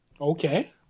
Okay